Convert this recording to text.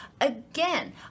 again